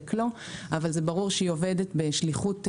לא אבל ברור שהיא עובדת בשליחות גדולה.